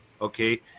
okay